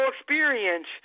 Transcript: experience